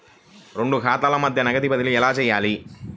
రెండు ఖాతాల మధ్య నగదు బదిలీ ఎలా చేయాలి?